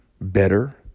better